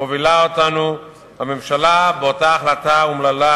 מובילה אותנו הממשלה באותה החלטה אומללה,